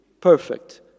perfect